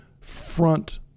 front